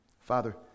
Father